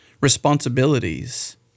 responsibilities